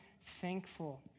thankful